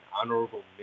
honorable